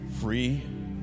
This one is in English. free